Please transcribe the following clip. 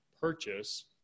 purchase